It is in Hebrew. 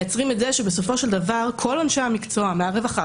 מייצרים את זה שבסופו של דבר כל אנשי המקצוע מהרווחה,